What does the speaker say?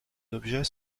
objets